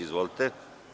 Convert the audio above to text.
Izvolite.